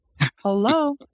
Hello